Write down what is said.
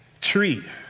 tree